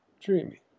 dreamy